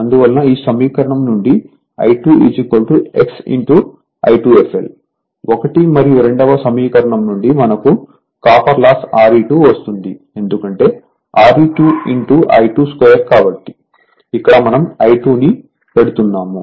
అందువలనఈ సమీకరణం నుండిI2 x I2fl 1 మరియు 2 వ సమీకరణం నుండి మనకు కాపర్ లాస్ Re2 వస్తుంది ఎందుకంటే Re2 I22 కాబట్టి ఇక్కడ మనం I2 ను పెడుతున్నాము